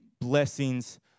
blessings